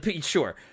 sure